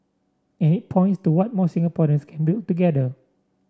and it points to what more Singaporeans can build together